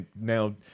now